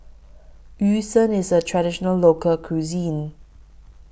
Yu Sheng IS A Traditional Local Cuisine